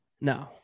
No